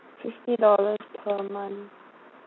fifty dollars per month